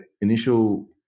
initial